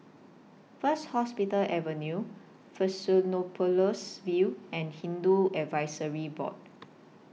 First Hospital Avenue Fusionopolis View and Hindu Advisory Board